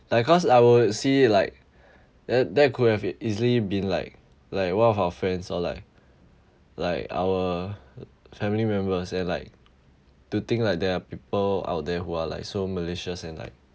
like cause I will see it like that that could have easily been like like one of our friends or like like our family members and like to think like there are people out there who are like so malicious and like